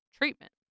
treatment